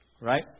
Right